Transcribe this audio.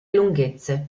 lunghezze